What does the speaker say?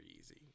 easy